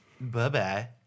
Bye-bye